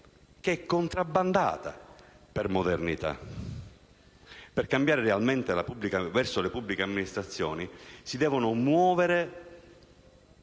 faire*, contrabbandata per modernità. Per cambiare realmente verso, le pubbliche amministrazioni si devono muovere